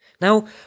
Now